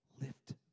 lift